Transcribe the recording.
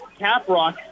Caprock